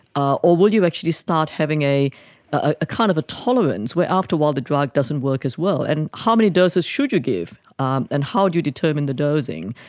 ah or will you actually start having a a kind of tolerance where after a while the drug doesn't work as well? and how many doses should you give um and how do you determine the dosing?